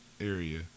area